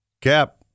Cap